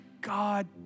God